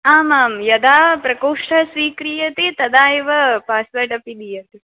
आमामां यदा प्रकोष्टः स्वीक्रीयते तदा एव पास्वर्ड् अपि दीयते